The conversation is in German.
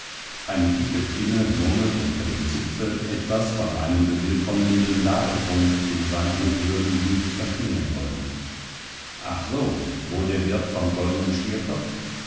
eine dicke stimme murmelt unter dem zipfel etwas von einem bewillkommnenden labetrunk den seine hochwürden nicht verschmähen wollen ach so wohl der wirt vom goldenen stierkopf